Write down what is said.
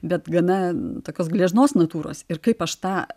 bet gana tokios gležnos natūros ir kaip aš tą